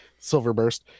Silverburst